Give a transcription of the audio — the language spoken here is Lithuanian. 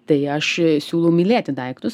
tai aš siūlau mylėti daiktus